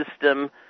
system